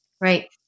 Right